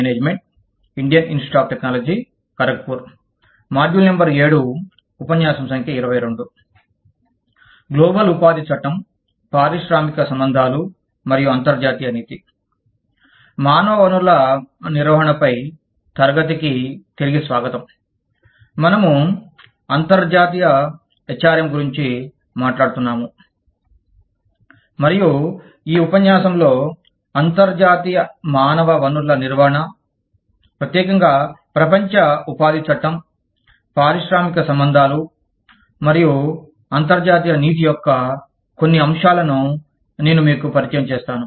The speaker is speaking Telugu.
మరియు ఈ ఉపన్యాసంలో అంతర్జాతీయ మానవ వనరుల నిర్వహణ ప్రత్యేకంగా ప్రపంచ ఉపాధి చట్టం పారిశ్రామిక సంబంధాలు మరియు అంతర్జాతీయ నీతి యొక్క కొన్ని అంశాలను నేను మీకు పరిచయం చేస్తాను